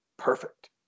Perfect